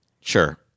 Sure